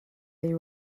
they